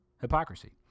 hypocrisy